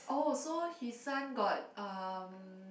oh so his son got uh